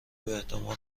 باحتمال